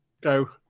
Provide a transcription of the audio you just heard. go